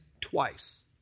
twice